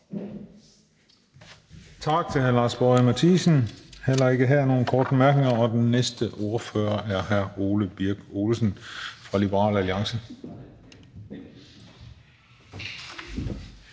Tak til hr. Lars Boje Mathiesen. Heller ikke her er der nogle korte bemærkninger. Og den næste ordfører er hr. Ole Birk Olesen fra Liberal Alliance.